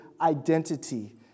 identity